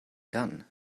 done